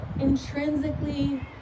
intrinsically